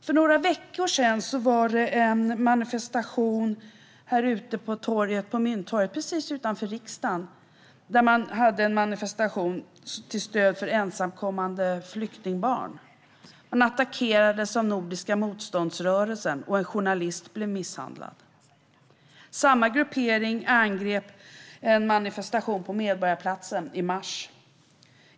För några veckor sedan hölls en manifestation för ensamkommande flyktingbarn här ute på Mynttorget, precis utanför riksdagen. Man attackerades då av Nordiska motståndsrörelsen, och en journalist blev misshandlad. Samma gruppering angrep en manifestation på Medborgarplatsen i mars.